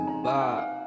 Bye